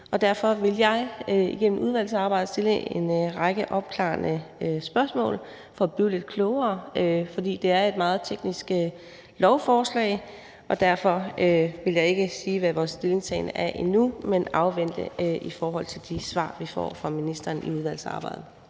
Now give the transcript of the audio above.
derfor vil jeg i udvalgsarbejdet stille en række opklarende spørgsmål for at blive lidt klogere, for det er et meget teknisk lovforslag. Derfor vil jeg ikke endnu sige, hvad vores stillingtagen er, men afvente de svar, vi får fra ministeren i udvalgsarbejdet.